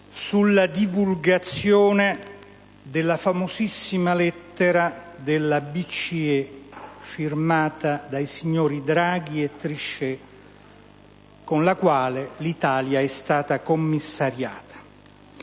alla divulgazione della famosissima lettera della BCE firmata dai signori Draghi e Trichet con la quale l'Italia è stata commissariata.